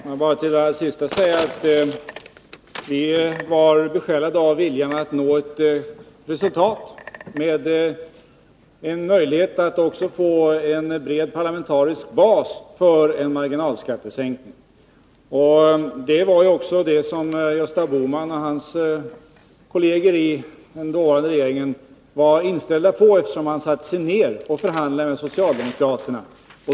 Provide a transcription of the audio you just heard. Fru talman! Till det som senast anfördes vill jag bara säga att vi var besjälade av viljan att nå ett resultat, med en möjlighet att också få en bred parlamentarisk bas för en marginalskattesänkning. Det var också detta som Gösta Bohman och hans kolleger i den dåvarande regeringen var inställda på, eftersom man satte sig ned och förhandlade med socialdemokraterna.